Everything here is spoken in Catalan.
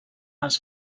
els